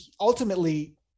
ultimately